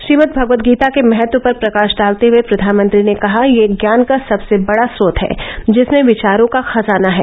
श्रीमद्भगवदगीता के महत्व पर प्रकाश डालते हुए प्रधानमंत्री ने कहा यह ज्ञान का सवसे बड़ा स्रोत है जिसमें विचारों का खजाना है